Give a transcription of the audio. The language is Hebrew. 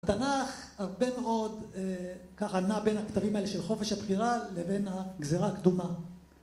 התנ״ך הרבה מאוד קרנה בין הכתבים האלה של חופש הבחירה לבין הגזרה הקדומה.